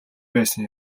байсан